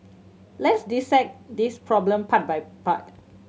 let's dissect this problem part by part